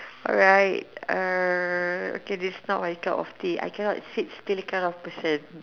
alright uh okay this is not my cup of tea I cannot sit still kind of person